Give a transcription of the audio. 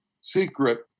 secret